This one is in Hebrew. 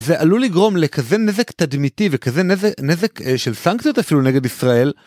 זה עלול לגרום לכזה נזק תדמיתי וכזה נזק של סנקציות אפילו נגד ישראל.